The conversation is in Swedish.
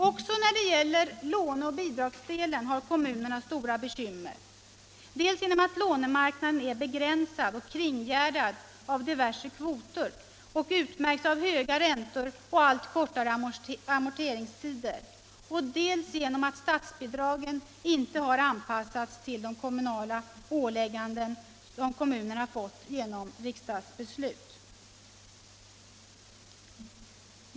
Också när det gäller låneoch bidragsdelen har kommunerna stora bekymmer dels genom att lånemarknaden är begränsad och kringgärdad av diverse kvoter och utmärks av höga räntor och allt kortare amorteringstider, dels genom att statsbidragen inte har anpassats till de ålägganden som kommunerna fått genom riksdagsbeslut.